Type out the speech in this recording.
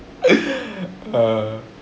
err